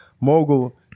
mogul